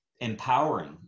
empowering